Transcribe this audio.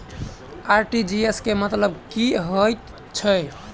RTGS केँ मतलब की हएत छै?